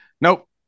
Nope